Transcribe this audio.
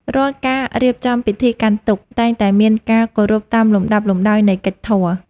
រាល់ការរៀបចំពិធីកាន់ទុក្ខ តែងតែមានការគោរពតាមលំដាប់លំដោយនៃកិច្ចធម៌។